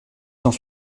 cent